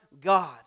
God